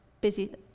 busy